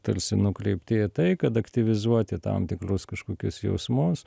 tarsi nukreipti į tai kad aktyvizuoti tam tikrus kažkokius jausmus